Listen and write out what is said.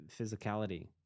physicality